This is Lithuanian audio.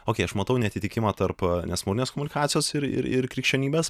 okei aš matau neatitikimą tarp nesmurtinės komunikacijos ir ir ir krikščionybės